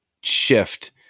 shift